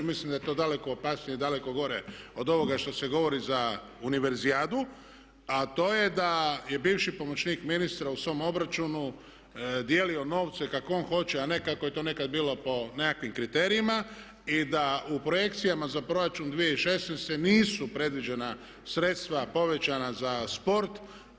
Mislim da je to daleko opasnije i daleko gore od ovoga što se govori za univerzijadu, a to je da je bivši pomoćnik ministra u svom obračunu dijelio novce kako on hoće, a ne kako je to nekad bilo po nekakvim kriterijima i da u projekcijama za proračun 2016. nisu predviđena sredstva povećana za sport.